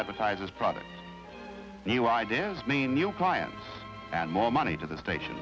advertisers product new ideas mean new clients and more money to the station